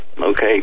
Okay